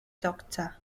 doctor